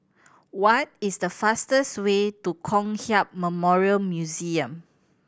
what is the fastest way to Kong Hiap Memorial Museum